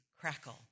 crackle